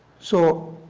so